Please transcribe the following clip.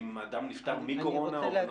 אם אדם נפטר מקורונה או בנוכחות קורונה וכן הלאה.